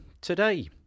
today